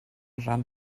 ran